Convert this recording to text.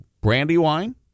Brandywine